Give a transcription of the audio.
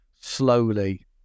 slowly